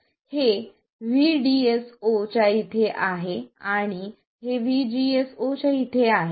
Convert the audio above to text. हे VDS0 च्या इथे आहे आणि हे VGS0 च्या इथे आहे